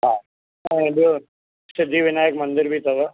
हा ऐं ॿियो सिद्धि विनायक मंदरु बि अथव